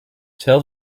tell